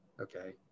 okay